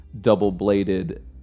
double-bladed